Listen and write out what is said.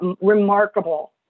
remarkable